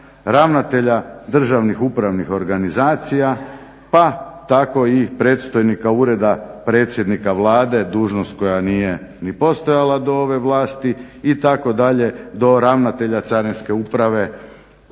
ravnatelja državnih upravnih organizacija pa tako i predstojnika Ureda predsjednika Vlade, dužnost koja nije ni postojala do ove vlasti itd., do ravnatelja Carinske uprave,